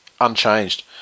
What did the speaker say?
unchanged